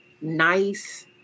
nice